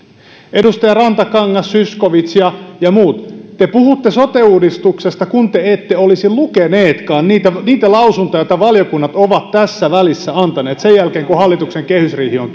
edustajat rantakangas zyskowicz ja ja muut te puhutte sote uudistuksesta niin kuin te ette olisi lukeneetkaan niitä niitä lausuntoja joita valiokunnat ovat tässä välissä antaneet sen jälkeen kun hallituksen kehysriihi on